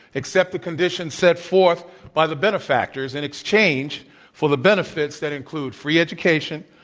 accept the conditions set forth by the benefactors, in exchange for the benefits that include free education,